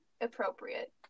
appropriate